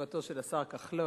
תשובתו של השר כחלון.